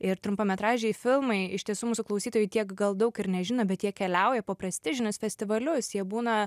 ir trumpametražiai filmai iš tiesų mūsų klausytojai tiek gal daug ir nežino bet jie keliauja po prestižinius festivalius jie būna